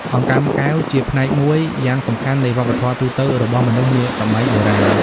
អង្កាំកែវជាផ្នែកមួយយ៉ាងសំខាន់នៃវប្បធម៌ទូទៅរបស់មនុស្សនាសម័យបុរាណ។